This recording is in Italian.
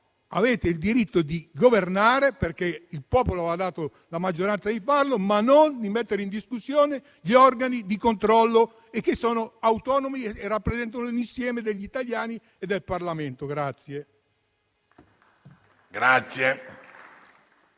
Avete il diritto di governare, perché il popolo vi ha dato la maggioranza per farlo, ma non di mettere in discussione gli organi di controllo, che sono autonomi e rappresentano l'insieme degli italiani e del Parlamento.